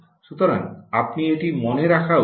সুতরাং আপনি এটি মনে রাখা উচিত